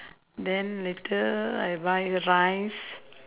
then later I buy rice